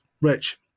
Rich